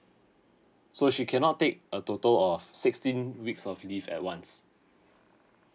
so she cannot take a total of sixteen weeks of leave at once